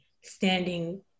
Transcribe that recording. standing